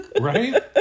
Right